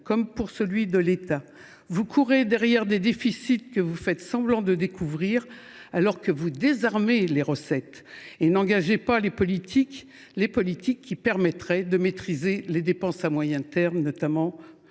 comme pour celui de l’État, vous courez derrière des déficits que vous faites semblant de découvrir alors que vous désarmez les recettes et que vous n’engagez pas les politiques qui, seules, permettraient de maîtriser les dépenses à moyen terme, notamment